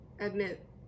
admit